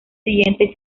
siguiente